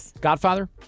Godfather